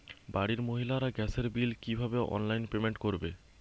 বাড়ির মহিলারা গ্যাসের বিল কি ভাবে অনলাইন পেমেন্ট করবে?